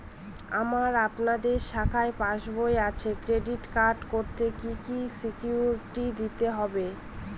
আমার আপনাদের শাখায় পাসবই আছে ক্রেডিট কার্ড করতে কি কি সিকিউরিটি দিতে হবে?